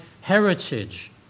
heritage